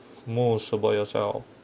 most about yourself